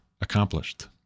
accomplished